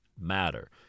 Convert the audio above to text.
matter